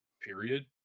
period